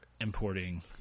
importing